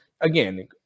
again